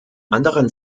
anderen